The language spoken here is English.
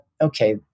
okay